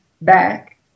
back